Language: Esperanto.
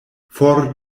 for